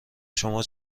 شما